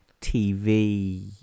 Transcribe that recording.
TV